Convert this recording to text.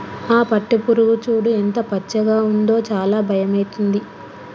ఆ పట్టుపురుగు చూడు ఎంత పచ్చగా ఉందో చాలా భయమైతుంది